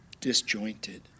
disjointed